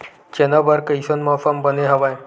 चना बर कइसन मौसम बने हवय?